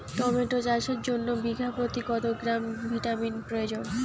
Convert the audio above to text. Tomato চাষের জন্য বিঘা প্রতি কত গ্রাম ভিটামিন প্রয়োজন?